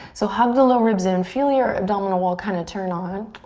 so hug the low ribs, and and feel your abdominal wall kind of turn on.